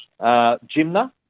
Jimna